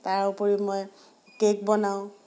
তাৰ উপৰিও মই কেক বনাওঁ